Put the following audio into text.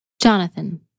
Jonathan